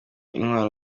intwaro